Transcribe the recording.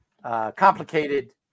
Complicated